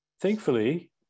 thankfully